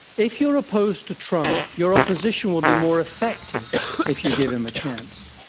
if you're opposed to trump, your opposition would be more effective if you give him a chance.